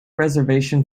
reservation